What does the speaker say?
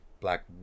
Black